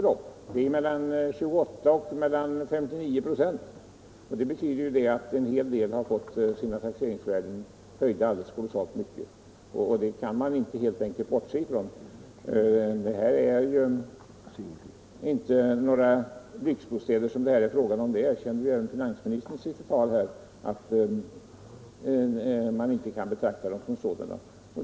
Det rör sig om mellan 28 och 59 926, och det betyder att en del fått sina taxeringsvärden höjda kolossalt mycket. Detta kan man helt enkelt inte bortse från. Det är inte fråga om några lyxbostäder — även finansministern erkände ju i sitt inlägg här att man inte kan betrakta villorna som sådana.